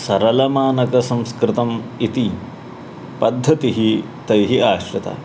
सरलमानकसंस्कृतम् इति पद्धतिः तैः आश्रिता